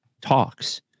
talks